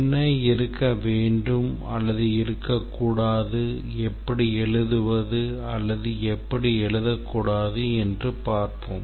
என்ன இருக்க வேண்டும் அல்லது இருக்கக்கூடாது எப்படி எழுதுவது அல்லது எப்படி எழுதக்கூடாது என்று பார்ப்போம்